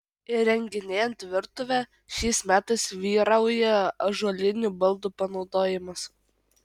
įrenginėjant virtuvę šiais metais vyrauja ąžuolinių baldų panaudojimas